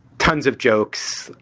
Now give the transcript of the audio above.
tons of jokes,